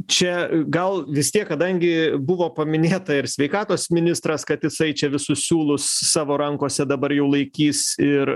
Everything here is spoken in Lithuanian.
čia gal vis tiek kadangi buvo paminėta ir sveikatos ministras kad jisai čia visus siūlus savo rankose dabar jau laikys ir